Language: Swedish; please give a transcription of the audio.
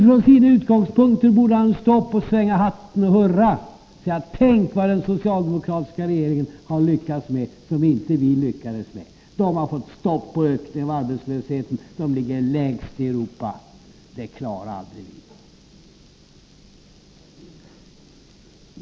Från sina utgångspunkter borde Thorbjörn Fälldin stå upp och svänga hatten, hurra och säga: Tänk vad den socialdemokratiska regeringen har lyckats med, som inte vi lyckades med. Den har fått stopp på ökningen av arbetslösheten, som nu är den lägsta i Europa. Det klarade vi aldrig.